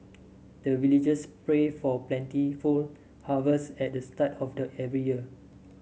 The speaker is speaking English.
the villagers pray for plentiful harvest at the start of the every year